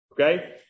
Okay